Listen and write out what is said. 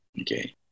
okay